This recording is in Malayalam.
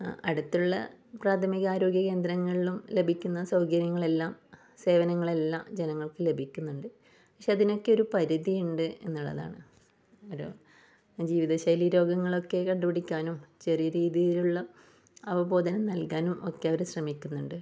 അടുത്തുള്ള പ്രാഥമിക ആരോഗ്യ കേന്ദ്രങ്ങളിലും ലഭിക്കുന്ന സൗകര്യങ്ങളെല്ലാം സേവനങ്ങളെല്ലാം ജനങ്ങൾക്കും ലഭിക്കുന്നുണ്ട് പക്ഷേ അതിനൊക്കെ ഒരു പരിധിയുണ്ട് എന്നുള്ളതാണ് ഓരോ ജീവിതശൈലി രോഗങ്ങളൊക്കെ കണ്ടുപിടിക്കാനും ചെറിയ രീതിയിലുള്ള അവബോധനം നൽകാനും ഒക്കെ അവർ ശ്രമിക്കുന്നുണ്ട്